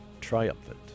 Triumphant